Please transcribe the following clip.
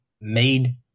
made